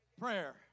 prayer